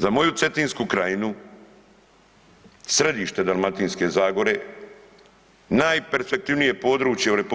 Za moju Cetinsku krajinu, središte Dalmatinske zagore, najperspektivnije područje u RH